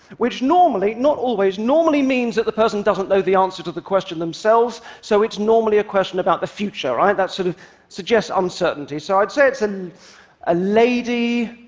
which normally not always normally means that the person doesn't know the answer to the question themselves, so it's normally a question about the future, right? that sort of suggests uncertainty. so i would say it's and a lady,